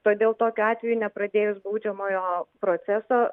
todėl tokiu atveju nepradėjus baudžiamojo proceso